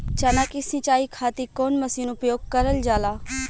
चना के सिंचाई खाती कवन मसीन उपयोग करल जाला?